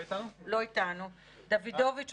דוידוביץ',